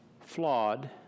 flawed